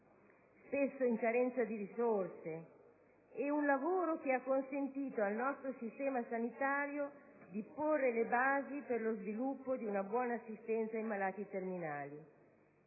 spesso in carenza di risorse. Questo lavoro ha consentito al nostro sistema sanitario di porre le basi per lo sviluppo di una buona assistenza ai malati terminali.